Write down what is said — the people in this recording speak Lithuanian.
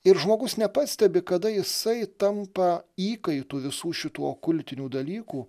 ir žmogus nepastebi kada jisai tampa įkaitu visų šitų okultinių dalykų